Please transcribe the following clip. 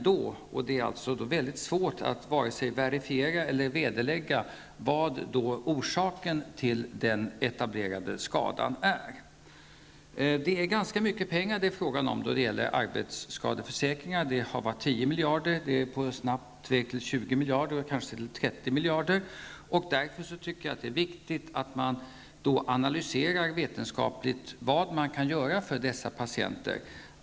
Det är då svårt att verifiera och vederlägga vad orsaken till den etablerade skadan är. Det rör sig om ganska mycket pengar när det gäller arbetsskadeförsäkringar, från 10 miljarder är kostnaderna nu snabbt på väg uppemot 20, kanske 30 miljarder. Därför är det viktigt att vetenskapligt analysera vad man kan göra för dessa patienter.